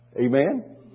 Amen